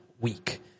week